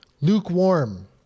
lukewarm